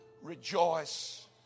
rejoice